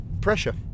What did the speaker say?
pressure